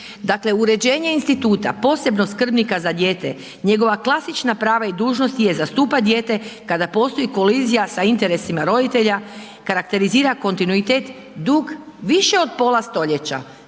Dakle, uređenje instituta posebno skrbnika za dijete, njegova klasična prava i dužnosti je zastupat dijete kada postoji kolizija sa interesima roditelja, karakterizira kontinuitet dug više od pola stoljeća